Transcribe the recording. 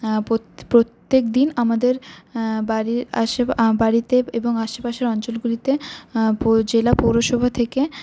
প্রত্যেকদিন আমাদের বাড়িতে এবং আশেপাশের অঞ্চলগুলিতে জেলা পৌরসভা থেকে